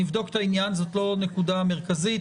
נבדוק את העניין, זאת לא נקודה מרכזית.